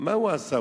מה הוא עשה.